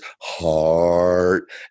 heart